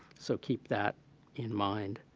so keep that in mind.